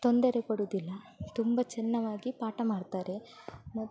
ತೊಂದರೆ ಕೊಡೋದಿಲ್ಲ ತುಂಬ ಚೆನ್ನವಾಗಿ ಪಾಠ ಮಾಡ್ತಾರೆ ಮತ್ತು